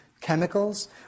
chemicals